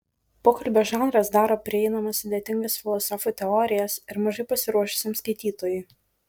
pokalbio žanras daro prieinamas sudėtingas filosofų teorijas ir mažai pasiruošusiam skaitytojui